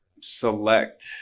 select